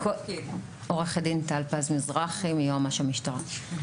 עו"ד טל פז-מזרחי מיועמ"ש המשטרה.